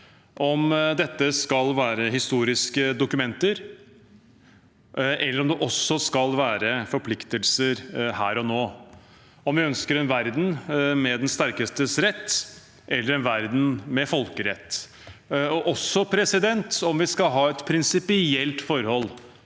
om dette skal være historiske dokumenter, eller om det også skal være forpliktelser her og nå, om vi ønsker en verden med den sterkestes rett eller en verden med folkerett, og også om vi skal ha et prinsipielt forhold